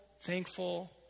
thankful